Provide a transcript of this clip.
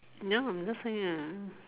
ya I just say ah